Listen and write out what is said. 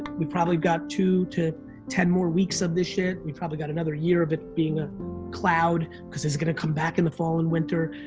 we probably got two to ten more weeks of this shit. we've probably got another year of it being a cloud, cause is it going to come back in the fall and winter?